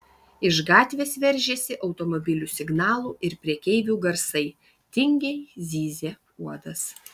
iš gatvės veržėsi automobilių signalų ir prekeivių garsai tingiai zyzė uodas